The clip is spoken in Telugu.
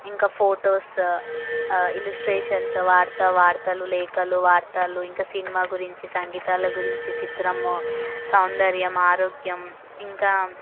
ఇంకా ఫోటోస్ ఇల్యుస్ట్రేషన్స్ వార్తా వార్తలు లేఖలు వార్తలు ఇంకా సినిమా గురించి సంగీతాల గురించి చిత్రము సౌందర్యము ఆరోగ్యం ఇంకా